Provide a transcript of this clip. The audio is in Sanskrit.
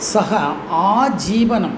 सः आजीवनम्